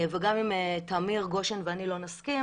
וגם אם תמיר גשן ואני לא נסכים